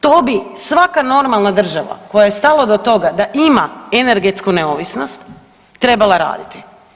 To bi svaka normalna država kojoj je stalo do toga da ima energetsku neovisnost trebala raditi.